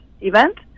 event